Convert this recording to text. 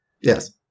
Yes